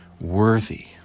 worthy